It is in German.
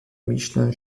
michelin